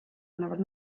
annavad